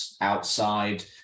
outside